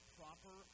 proper